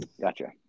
Gotcha